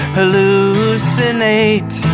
hallucinate